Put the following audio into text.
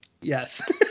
Yes